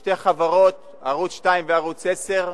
שתי חברות: ערוץ-2 וערוץ-10.